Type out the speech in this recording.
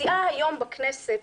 הסיעה היום בכנסת,